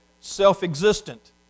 self-existent